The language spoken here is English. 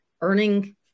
earning